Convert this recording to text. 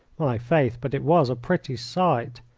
my faith, but it was a pretty sight!